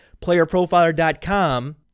playerprofiler.com